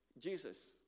Jesus